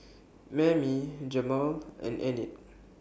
Mammie Jamaal and Enid